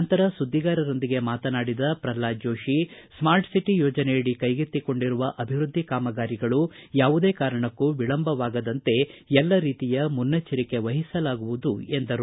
ನಂತರ ಸುದ್ದಿಗಾರರೊಂದಿಗೆ ಮಾತನಾಡಿದ ಪ್ರಲ್ಹಾದ ಜೋತಿ ಸ್ಮಾರ್ಟ್ ಸಿಟಿ ಯೋಜನೆಯಡಿ ಕೈಗೆತ್ತಿಕೊಂಡಿರುವ ಅಭಿವೃದ್ಧಿ ಕಾಮಗಾರಿಗಳು ಯಾವುದೇ ಕಾರಣಕ್ಕೂ ವಿಳಂಬವಾಗದಂತೆ ಎಲ್ಲ ರೀತಿಯ ಮುನ್ನೆಚ್ಚೆರಿಕೆ ವಹಿಸಲಾಗುವುದು ಎಂದರು